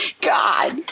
God